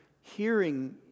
hearing